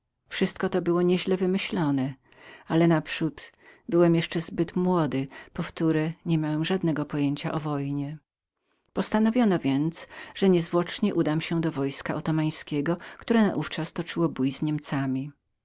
wszystko to było nie źle wymyślonem ale naprzód byłem jeszcze zbyt młodym powtóre nie miałem żadnego pojęcia o wojnie postanowiono więc że niezwłocznie udam się do wojska ottomańskiego które naówczas toczyło bój z niemcami